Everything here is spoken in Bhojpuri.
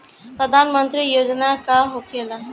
प्रधानमंत्री योजना का होखेला?